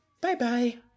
Bye-bye